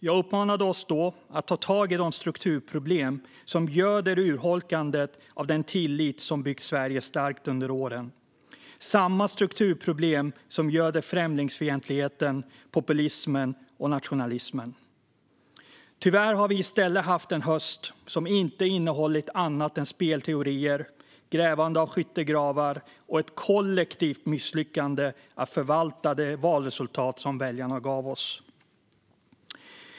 Jag uppmanade oss då att ta tag i de strukturproblem som göder urholkandet av den tillit som har byggt Sverige starkt under åren. Det är samma strukturproblem som göder främlingsfientligheten, populismen och nationalismen. Tyvärr har vi i stället haft en höst som inte har innehållit annat än spelteorier, grävande av skyttegravar och ett kollektivt misslyckande med att förvalta det valresultat som väljarna gav oss.